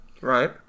right